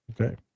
okay